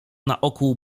naokół